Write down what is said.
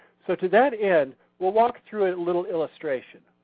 so to that end we'll walk through a little illustration.